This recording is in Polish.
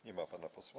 Nie ma pana posła?